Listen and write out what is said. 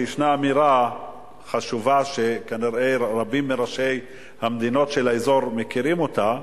שיש אמירה חשובה שכנראה רבים מראשי המדינות של האזור מכירים אותה,